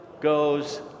goes